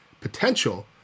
potential